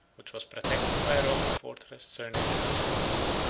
which was protected by a roman fortress surnamed constantia.